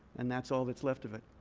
and that's all that's left of it.